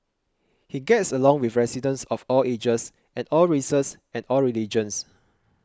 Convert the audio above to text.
he gets along with residents of all ages and all races and all religions